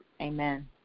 Amen